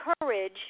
courage